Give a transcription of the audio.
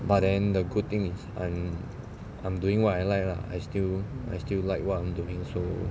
but then the good thing is I'm I'm doing what I like lah I still I still like what I'm doing so